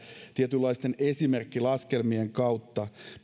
tietynlaisten esimerkkilaskelmien kautta